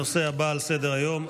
הנושא הבא על סדר-היום,